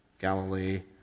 Galilee